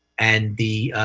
and the